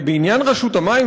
בעניין רשות המים,